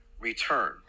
return